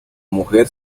mujer